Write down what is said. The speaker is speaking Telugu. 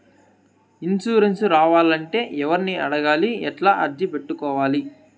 ఇన్సూరెన్సు రావాలంటే ఎవర్ని అడగాలి? ఎట్లా అర్జీ పెట్టుకోవాలి?